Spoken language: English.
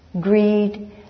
greed